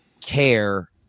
care